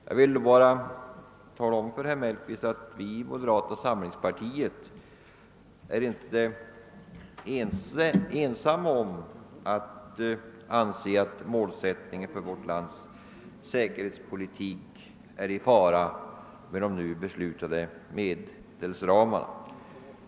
Jag vill då tala om för herr Mellqvist att vi i moderata samlingspartiet inte är ensamma om att anse att målsättningen för vårt lands säkerhetspolitik är i fara med de beslutande medelsramarna.